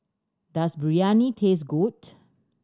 does Biryani taste good